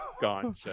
Gone